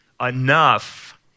enough